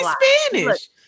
Spanish